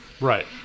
Right